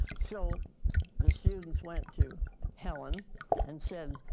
so the students went to helen and said,